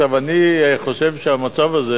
אני חושב שאת המצב הזה